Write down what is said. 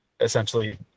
essentially